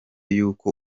y’uko